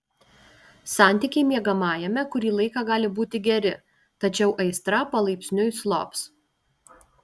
santykiai miegamajame kurį laiką gali būti geri tačiau aistra palaipsniui slops